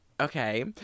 Okay